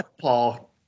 paul